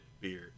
beer